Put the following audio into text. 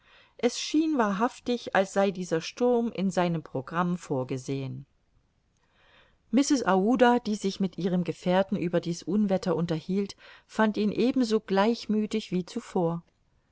es schien wahrhaftig als sei dieser sturm in seinem programm vorgesehen mrs aouda die sich mit ihrem gefährten über dies unwetter unterhielt fand ihn ebenso gleichmüthig wie zuvor